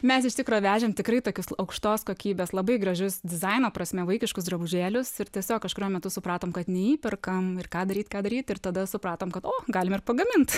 mes iš tikro vežėm tikrai tokius la aukštos kokybės labai gražius dizaino prasme vaikiškus drabužėlius ir tiesiog kažkuriuo metu supratom kad neįperkam ir ką daryt ką daryt ir tada supratom kad o galim ir pagamint